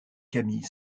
camille